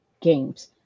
games